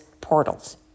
portals